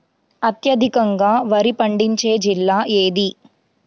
అత్యధికంగా వరి పండించే జిల్లా ఏది?